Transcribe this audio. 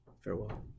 farewell